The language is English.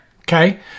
Okay